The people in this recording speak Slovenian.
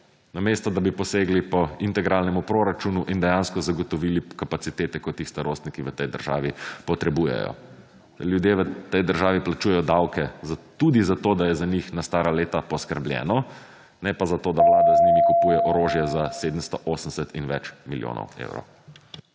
Namesto, da bi posegli po integralnemu proračunu in dejansko zagotovili kapacitete, kot jih starostniki v tej državi potrebujejo. Ljudje v tej državi plačujejo davke, tudi za to, da je za njih na stara leta poskrbljeno, ne pa zato, da / znak za konec razprave/ Vlada z njimi kupuje orožje za 780 in več milijonov evrov.